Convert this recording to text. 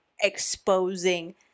exposing